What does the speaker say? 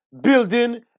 building